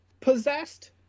possessed